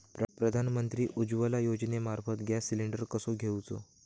प्रधानमंत्री उज्वला योजनेमार्फत gas cylinder कसो घेऊचो?